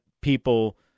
people